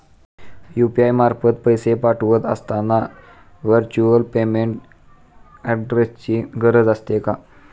UPI मार्फत पैसे पाठवत असताना व्हर्च्युअल पेमेंट ऍड्रेसची गरज असते का?